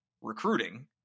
recruiting